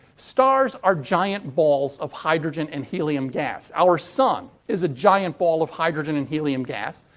stars are giant balls of hydrogen and helium gas. our sun is a giant ball of hydrogen and helium gas.